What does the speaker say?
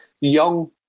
young